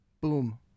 Boom